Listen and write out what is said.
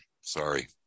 Sorry